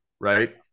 Right